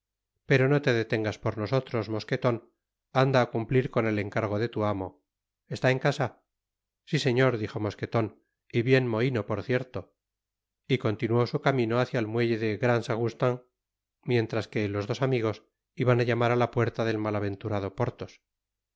pero no te detengas por nosotros mosqueton anda á cumplir con el encargo de tu amo está en casa si señor dijo mosqueton y bien mohino por cierto y continuó su camino hácia el muelle de grands augustins mientras que los dos amigos iban k llamar á la puerta del malaventurado porthos